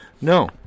No